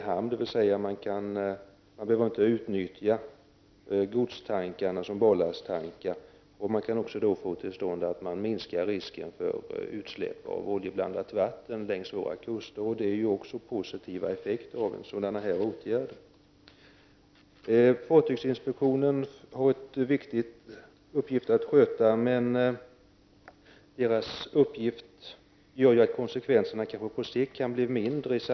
Man behöver alltså inte utnyttja godstankarna som ballasttankar. Risken för utsläpp av oljeblandat vatten längs våra kuster blir också mindre. Det här är exempel på positiva effekter som åtgärder av nämnda slag kunde få. Fartygsinspektionen har en viktig uppgift att fylla. På sikt kan konsekvenserna av olyckor kanske bli mindre.